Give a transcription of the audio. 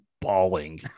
bawling